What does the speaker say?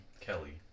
Kelly